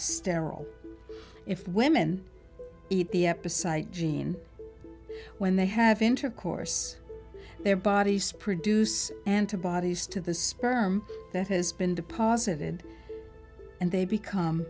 sterile if women eat the epicycle gene when they have intercourse their bodies produce antibodies to the sperm that has been deposited and they become